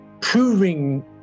proving